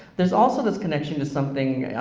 there's also this connection to something,